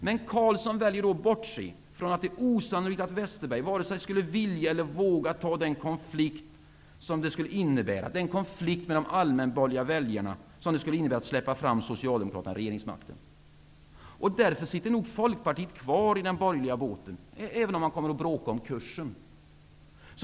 Men Ingvar Carlsson väljer att bortse från att det är osannolikt att Bengt Westerberg vare sig skulle vilja eller skulle våga ta den konflikt med de allmänborgerliga väljarna som det skulle innebära att släppa fram Socialdemokraterna till regeringsmakten. Därför sitter nog Folkpartiet kvar i den borgerliga båten, även om man kommer att bråka om kursen.